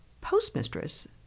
postmistress